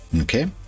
okay